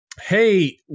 hey